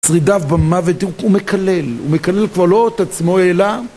שרידיו במוות הוא מקלל, הוא מקלל כבר לא את עצמו אלא...